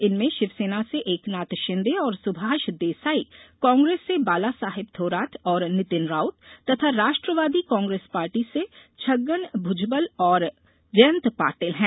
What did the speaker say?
इनमें शिवसेना से एकनाथ शिंदे और सुभाष देसाई कांग्रेस से बालासाहेब थोराट और नितिन राउत तथा राष्ट्रवादी कांग्रेस पार्टी से छगन भुजबल और जयंत पाटिल हैं